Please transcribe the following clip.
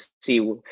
see